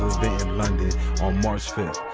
london on march fifth.